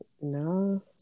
No